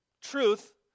truth